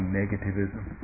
negativism